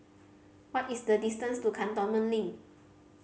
what is the distance to Cantonment Link